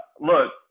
look